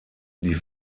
die